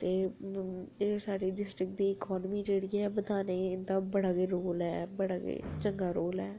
ते एह् साढ़े डिस्ट्रिक दी इकानमी जेह्ड़ी ऐ बधाने गी इं'दा बड़ा गै रोल ऐ बड़ा गै चंगा रोल ऐ